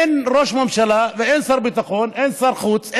אין ראש ממשלה ואין שר ביטחון, אין שר חוץ.